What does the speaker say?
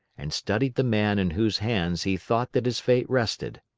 and studied the man in whose hands he thought that his fate rested.